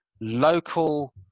local